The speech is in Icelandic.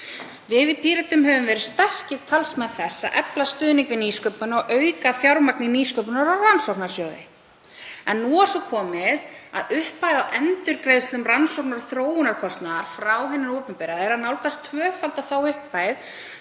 Við í Pírötum höfum verið sterkir talsmenn þess að efla stuðning við nýsköpun og auka fjármagn í nýsköpunar- og rannsóknasjóði. En nú er svo komið að upphæð á endurgreiðslu rannsóknar- og þróunarkostnaðar frá hinu opinbera er að nálgast tvöfalda þá upphæð